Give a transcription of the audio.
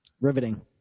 Riveting